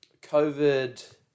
COVID